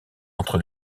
entre